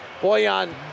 Boyan